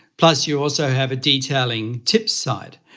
plus you also have a detailing tips site.